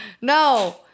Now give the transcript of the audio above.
No